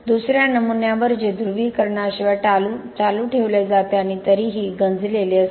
दुसर्या नमुन्यावर जे ध्रुवीकरणाशिवाय चालू ठेवले जाते आणि तरीही गंजलेले असते